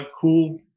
cool